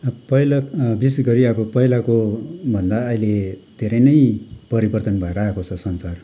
पहिला विशेष गरी अब पहिलाको भन्दा अहिले धेरै नै परिवर्तन भएर आएको छ संसार